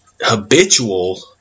habitual